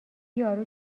یارو